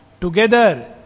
together